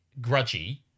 grudgy